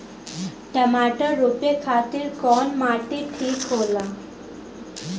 टमाटर रोपे खातीर कउन माटी ठीक होला?